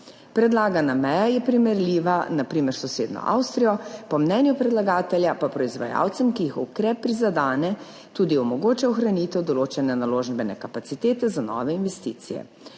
Predlagana meja je primerljiva, na primer s sosednjo Avstrijo, po mnenju predlagatelja pa proizvajalcem, ki jih ukrep prizadene, tudi omogoča ohranitev določene naložbene kapacitete za nove investicije.